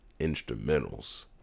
instrumentals